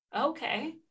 Okay